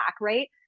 right